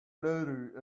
lady